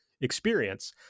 experience